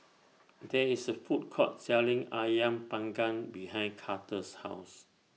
There IS A Food Court Selling Ayam Panggang behind Carter's House